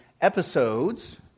episodes